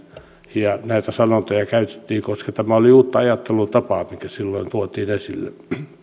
näitä sanoja käytettiin koska tämä oli uutta ajattelutapaa mikä silloin tuotiin esille